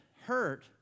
hurt